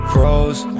Froze